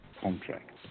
contracts